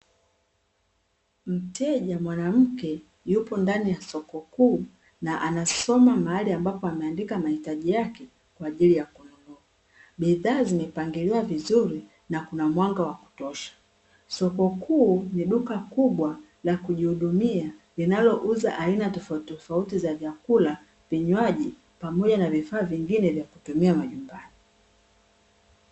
Mteja mwanamke yupo ndani ya soko kuu na anasoma mahali ambapo ameandika mahitaji yake kwa ajili ya kununua ,bidhaa zimepangiliwa vizuri na kuna mwanga wa kutosha ,soko kuu ni duka kubwa la kujihudumia linalo uza aina tofauti tofauti za vyakula ,vinywaji pamoja na vifaa vingine vya kutumia majumbani.